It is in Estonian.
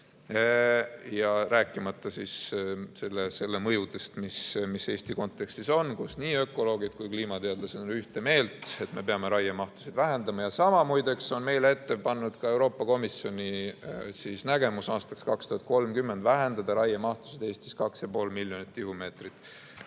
Rääkimata selle mõjudest, mis on Eesti kontekstis, kus nii ökoloogid kui ka kliimateadlased on ühte meelt, et me peame raiemahtu vähendama. Sama, muideks, on meile ette pannud ka Euroopa Komisjoni nägemus aastaks 2030: vähendada raiemahtu Eestis 2,5 miljonit tihumeetrit